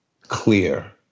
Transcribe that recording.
clear